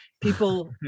people